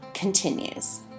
continues